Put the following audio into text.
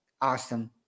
awesome